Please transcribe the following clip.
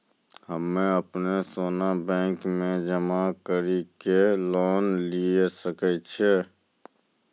हम्मय अपनो सोना बैंक मे जमा कड़ी के लोन लिये सकय छियै?